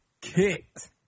Kicked